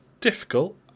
difficult